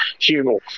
human